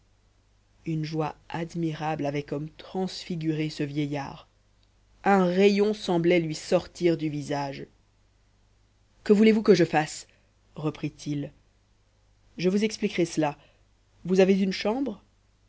une joie admirable avait comme transfiguré ce vieillard un rayon semblait lui sortir du visage que voulez-vous que je fasse reprit-il je vous expliquerai cela vous avez une chambre